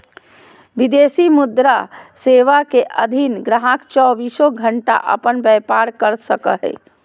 विदेशी मुद्रा सेवा के अधीन गाहक़ चौबीसों घण्टा अपन व्यापार कर सको हय